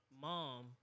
mom